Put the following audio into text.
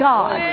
God